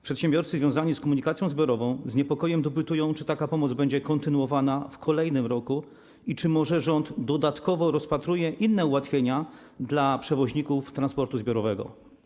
Przedsiębiorcy związani z komunikacją zbiorową z niepokojem dopytują, czy taka pomoc będzie kontynuowana w kolejnym roku i czy rząd rozpatruje może dodatkowo inne ułatwienia dla przewoźników transportu zbiorowego.